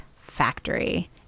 factory